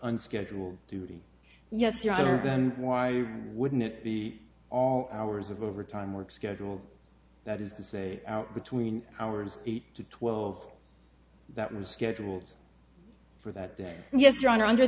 unscheduled duty yes you are then why wouldn't it be all hours of overtime work schedule that is to say out between hours eight to twelve that was scheduled for that day yes your honor under